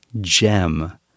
gem